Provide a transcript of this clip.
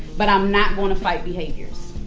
but i'm not going to fight behaviors.